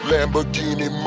Lamborghini